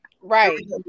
right